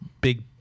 big